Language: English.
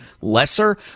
lesser